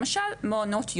למשל מעונות יום.